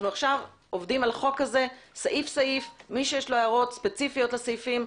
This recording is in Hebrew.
מי שיש לו הערות ספציפיות לסעיפים,